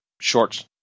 shorts